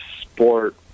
sport